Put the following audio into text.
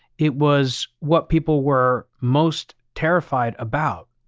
it was what people were most terrified about.